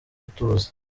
ituze